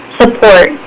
support